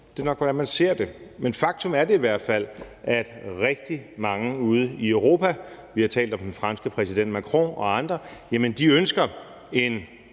Det er nok, hvordan man ser det. Et faktum er det i hvert fald, at rigtig mange ude i Europa – vi har talt om den franske præsident Macron og andre – ønsker en